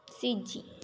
सिज्जि